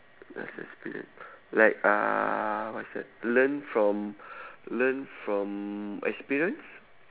last experience like uh what is that learn from learn from experience